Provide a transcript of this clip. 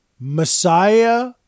Messiah